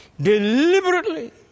deliberately